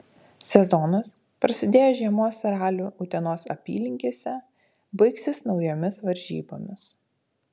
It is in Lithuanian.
sezonas prasidėjęs žiemos raliu utenos apylinkėse baigsis naujomis varžybomis